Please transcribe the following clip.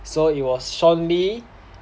so it was sean lee